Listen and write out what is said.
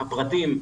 הפרטים,